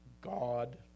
God